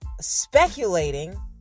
speculating